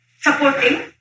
supporting